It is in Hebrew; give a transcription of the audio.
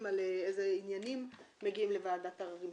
איזה עניינים מגיעים לוועדת עררים,